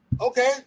okay